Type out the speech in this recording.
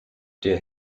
der